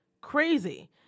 crazy